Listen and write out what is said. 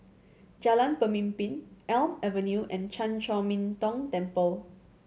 Jalan Pemimpin Elm Avenue and Chan Chor Min Tong Temple